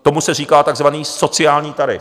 Tomu se říká takzvaný sociální tarif.